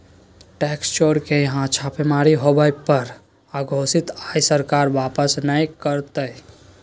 tax चोर के यहां छापेमारी होबो पर अघोषित आय सरकार वापस नय करतय